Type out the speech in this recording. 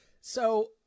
So-